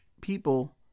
people